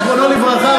זיכרונו לברכה,